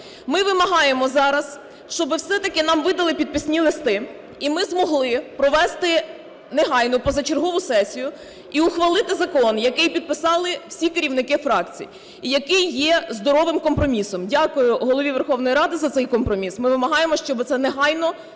Ми вимагаємо зараз, щоб все-таки нам видали підписні листи, і ми змогли провести негайно позачергову сесію, і ухвалити закон, який підписали всі керівники фракцій і який є здоровим компромісом. Дякую Голові Верховної Ради за цей компроміс. Ми вимагаємо, щоб це негайно